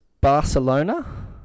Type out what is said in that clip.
Barcelona